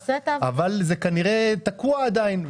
אבל כרגע זה עדיין תקוע.